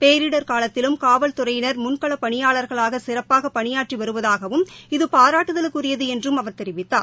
பேரிடர் காலத்திலும் காவல்துறையினர் முன்களப் பனியாளர்களாக சிறப்பாக பணியாற்றி வருவதாகவும் இது பாராட்டுதலுக்குரியது என்றும் அவர் தெரிவித்தார்